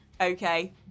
okay